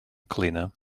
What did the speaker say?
cleaner